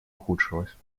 ухудшилась